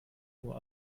uhr